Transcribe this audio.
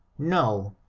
no.